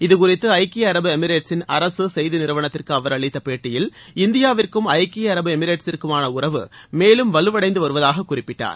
இதுகுறித்து ஐக்கிய அரபு எமிரேட்சின் அரசு செய்தி நிறுவனத்திற்கு அவர் அளித்தப் பேட்டியில் இந்தியாவிற்கும் ஐக்கிய அரபு எமிரேட்ஸ்சிற்குமான உறவு மேலும் வலுவடைந்து வருவதாக குறிப்பிட்டார்